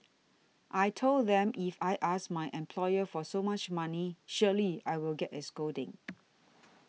I told them if I ask my employer for so much money surely I will get a scolding